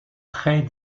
très